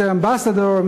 Mr. Ambassador,